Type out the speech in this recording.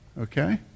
okay